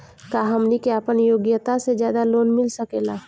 का हमनी के आपन योग्यता से ज्यादा लोन मिल सकेला?